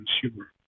consumer